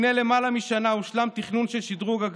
לפני למעלה משנה הושלם התכנון של שדרוג הכביש,